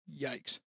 yikes